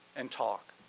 and talk,